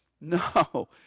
No